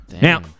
Now